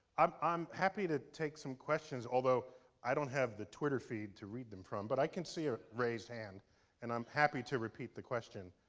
i'm i'm happy to take some questions, although i don't have the twitter feed to read them from, but i can see a raised hand and i'm happy to repeat the question.